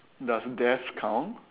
does death count